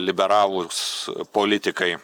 liberalūs politikai